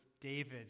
David